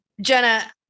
Jenna